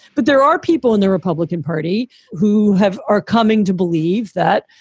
but there are people in the republican party who have are coming to believe that,